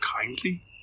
kindly